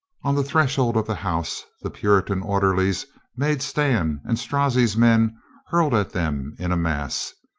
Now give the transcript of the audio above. on the threshold of the house the puritan order lies made stand and strozzi's men hurled at them in a mass.